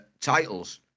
titles